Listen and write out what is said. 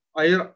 air